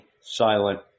silent